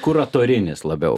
kuratorinis labiau